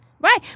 Right